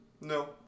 No